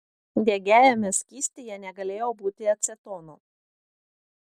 degiajame skystyje negalėjo būti acetono